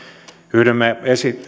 yhdymme